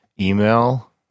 email